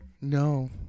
No